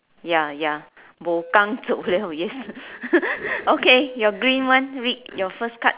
ya ya bo gang zou liao yes okay your green one read your first card